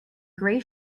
gray